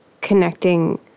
connecting